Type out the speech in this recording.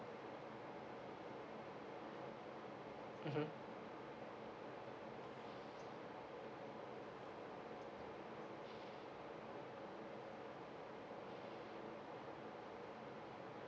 mmhmm